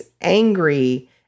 angry